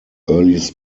earliest